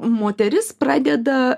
moteris pradeda